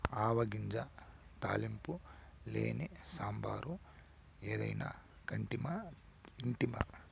ఆవ గింజ తాలింపు లేని సాంబారు ఏదైనా కంటిమా ఇంటిమా